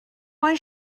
why